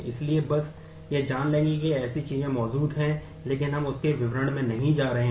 इसलिए बस यह जान लें कि ऐसी चीजें मौजूद हैं लेकिन हम उस के विवरण में नहीं जा रहे हैं